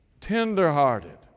tenderhearted